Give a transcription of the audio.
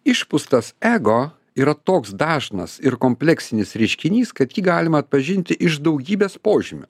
išpustas ego yra toks dažnas ir kompleksinis reiškinys kad jį galima atpažinti iš daugybės požymių